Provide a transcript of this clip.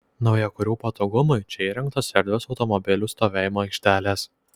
naujakurių patogumui čia įrengtos erdvios automobilių stovėjimo aikštelės